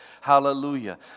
Hallelujah